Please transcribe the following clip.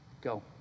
go